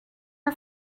her